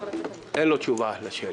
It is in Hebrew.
בקצרה.